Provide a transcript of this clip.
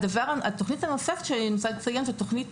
התכנית הנוספת שאני רוצה לציין היא תכנית